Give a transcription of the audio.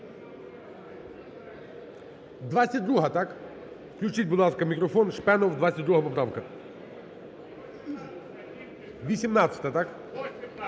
22-а, так? Включіть, будь ласка, мікрофон. Шпенов, 22 поправка. 18-а, так?